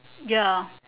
ya